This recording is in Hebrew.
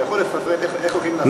אתה יכול לפרט איך הולכים לעשות, ?